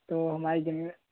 तो हमारी ज़मीन